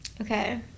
okay